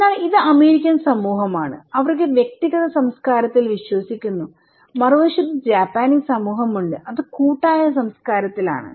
അതിനാൽ ഇത് അമേരിക്കൻ സമൂഹമാണ് അവർ വ്യക്തിഗത സംസ്കാരത്തിൽ വിശ്വസിക്കുന്നു മറുവശത്ത് ജാപ്പനീസ് സമൂഹമുണ്ട് അത് കൂട്ടായ സംസ്കാരത്തിലാണ്